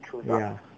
ya